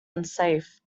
unsafe